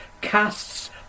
casts